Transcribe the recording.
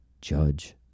Judge